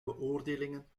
beoordelingen